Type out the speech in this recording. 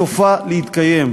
שסופה להתקיים.